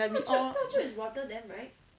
like we all